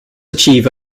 achieve